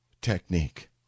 technique